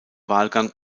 wahlgang